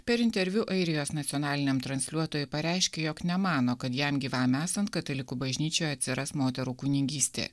per interviu airijos nacionaliniam transliuotojui pareiškė jog nemano kad jam gyvam esant katalikų bažnyčioje atsiras moterų kunigystė